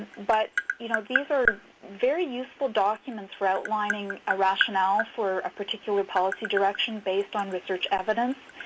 but you know these are very useful documents for outlining a rationale for a particular policy direction based on research evidence.